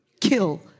kill